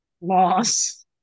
Loss